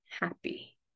happy